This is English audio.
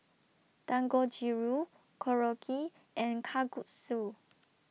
Dangojiru Korokke and Kalguksu